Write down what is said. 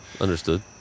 Understood